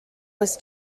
was